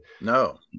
no